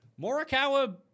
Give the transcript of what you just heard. Morikawa